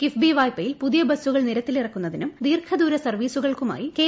കിഫ്ബി വായ്പയിൽ പുതിയ ബസുകൾ നിരത്തിലിറക്കുന്നതിനും ദീർഘദൂര സർവീസുകൾക്കുമായി കെ